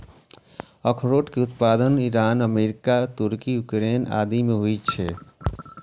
अखरोट के उत्पादन ईरान, अमेरिका, तुर्की, यूक्रेन आदि मे होइ छै